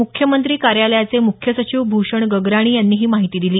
मुख्यमंत्री कार्यालयाचे मुख्य सचिव भूषण गगराणी यांनी ही माहिती दिली